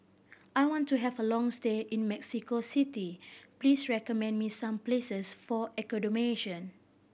I want to have a long stay in Mexico City please recommend me some places for accommodation